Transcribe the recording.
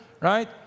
right